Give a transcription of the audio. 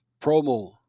promo